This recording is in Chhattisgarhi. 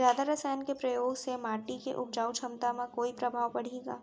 जादा रसायन के प्रयोग से माटी के उपजाऊ क्षमता म कोई प्रभाव पड़ही का?